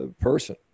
person